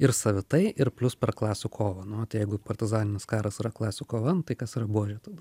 ir savitai ir plius per klasių kovą nu tai jeigu partizaninis karas yra klasių kova nu tai kas yra buožė tada